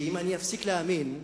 כי אם אפסיק להאמין,